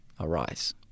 arise